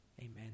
amen